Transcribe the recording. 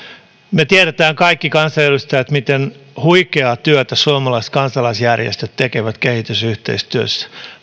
me kaikki kansanedustajat tiedämme miten huikeaa työtä suomalaiset kansalaisjärjestöt tekevät kehitysyhteistyössä